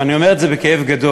ואני אומר את זה בכאב גדול,